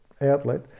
outlet